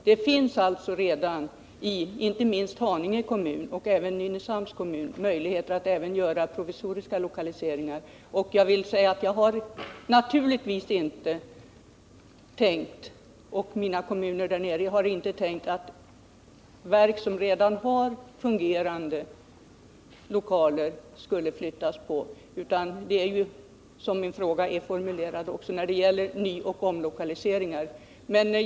Det finns redan både i Haninge kommun och i Nynäshamns kommun möjlighet att göra provisoriska lokaliseringar. Naturligtvis har varken jag eller de nämnda kommunerna tänkt att verk som redan har fungerande lokaler skulle flyttas, utan det gäller — och så var min fråga också formulerad — nyoch omlokalisering.